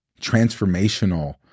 transformational